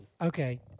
Okay